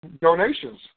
Donations